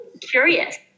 Curious